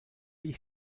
ich